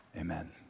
amen